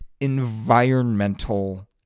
environmental